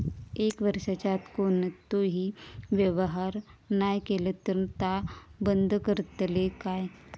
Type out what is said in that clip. एक वर्षाच्या आत कोणतोही व्यवहार नाय केलो तर ता बंद करतले काय?